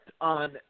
on